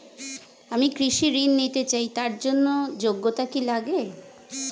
আমি কৃষি ঋণ নিতে চাই তার জন্য যোগ্যতা কি লাগে?